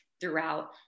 throughout